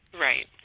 Right